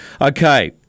Okay